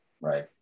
right